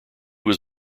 was